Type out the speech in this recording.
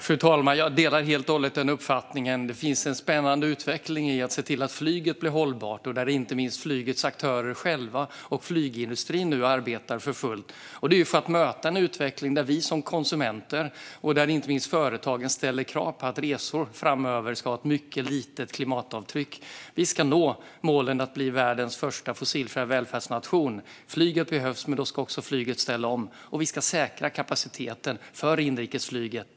Fru talman! Jag delar helt och hållet den uppfattningen. Det finns en spännande utveckling i att se till att flyget blir hållbart. Inte minst flygets aktörer själva och flygindustrin arbetar nu för fullt för att möta en utveckling där vi konsumenter och företagen ställer krav på att resor framöver ska ha ett mycket litet klimatavtryck. Vi ska nå målen om att bli världens första fossilfria välfärdsnation. Flyget behövs, men då ska också flyget ställa om. Vi ska säkra kapaciteten för inrikesflyget.